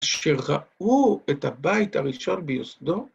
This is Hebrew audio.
שראו את הבית הראשון ביוסדו,